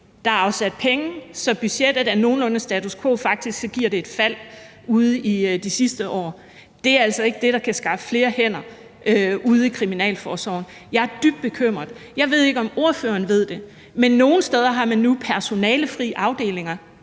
Der er afsat penge, så budgettet er nogenlunde status quo; faktisk giver det et fald de sidste år. Det er altså ikke det, der kan skaffe flere hænder ude i kriminalforsorgen. Jeg er dybt bekymret. Jeg ved ikke, om ordføreren ved det, men nogle steder har man nu personalefri afdelinger.